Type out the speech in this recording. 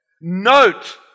Note